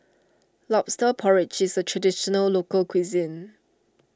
Lobster Porridge is a Traditional Local Cuisine